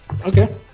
okay